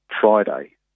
Friday